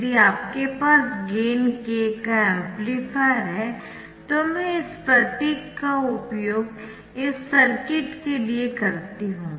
यदि आपके पास गेन k का एम्पलीफायर है तो मैं इस प्रतीक का उपयोग इस सर्किट के लिए करती हूं